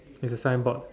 it is a signboard